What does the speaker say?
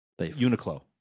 Uniqlo